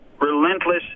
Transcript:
relentless